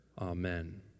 Amen